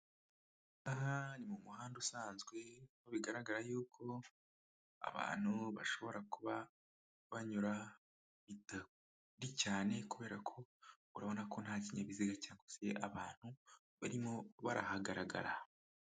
Aha ni mu muhanda usanzwe bigaragara yuko abantu bashobora kuba banyura bitari cyane kubera ko urabona ko nta kinyabiziga cyangwa se abantu barimo barahagarara.